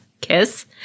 Kiss